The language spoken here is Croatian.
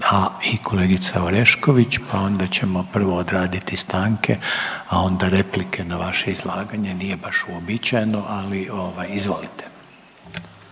a i kolegica Orešković, pa onda ćemo prvo odraditi stanke a onda replike na vaše izlaganje. Nije baš uobičajeno, ali izvolite.